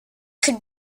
could